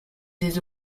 des